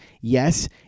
Yes